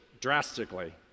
drastically